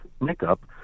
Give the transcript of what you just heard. makeup